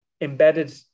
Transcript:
embedded